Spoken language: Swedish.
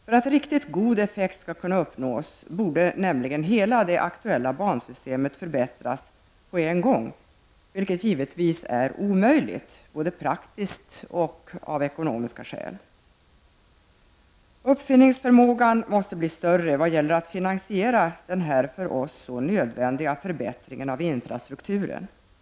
För att riktigt god effekt skall kunna uppnås borde hela det användbara bansystemet förbättras på en gång, vilket givetvis är omöjligt såväl av praktiska som av ekonomiska skäl. Uppfinningsförmågan i vad gäller att finansiera denna för oss så nödvändiga förbättring av infrastrukturen måste bli större.